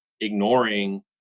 ignoring